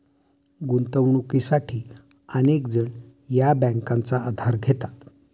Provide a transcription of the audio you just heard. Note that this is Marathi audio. गुंतवणुकीसाठी अनेक जण या बँकांचा आधार घेतात